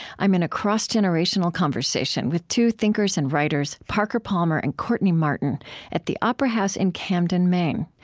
i'm in a cross-generational conversation with two thinkers and writers, parker palmer and courtney martin at the opera house in camden, maine.